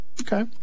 Okay